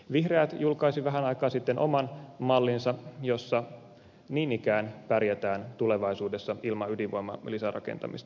vihreät julkaisi vähän aikaa sitten oman mallinsa jossa niin ikään pärjätään tulevaisuudessa ilman ydinvoiman lisärakentamista